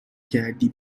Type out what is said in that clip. کردی